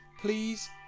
Please